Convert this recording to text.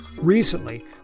Recently